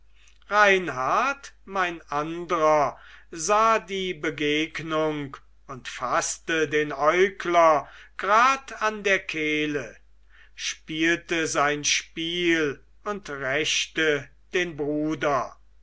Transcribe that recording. reinhart mein andrer sah die begegnung und faßte den äugler grad an der kehle spielte sein spiel und rächte den bruder